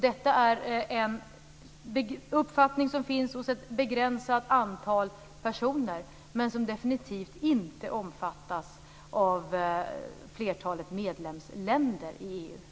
Detta är en uppfattning som finns hos ett begränsat antal personer men som definitivt inte omfattas av flertalet medlemsländer i EU.